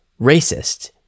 racist